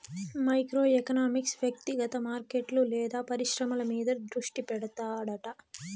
micro economics వ్యక్తిగత మార్కెట్లు లేదా పరిశ్రమల మీద దృష్టి పెడతాడట